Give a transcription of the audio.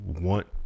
want